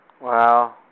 Wow